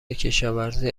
کشاوزی